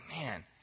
man